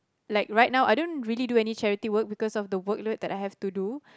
like right now I don't really do any charity work because of the work load that I have to do